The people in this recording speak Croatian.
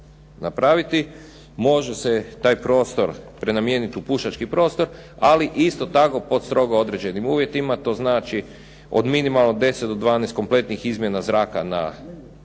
napraviti, može se taj prostor prenamijeniti u pušački prostor. Ali isto tako pod strogo određenim uvjetima. To znači od minimalno 10 do 12 kompletnih izmjena zraka na sat,